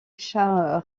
chat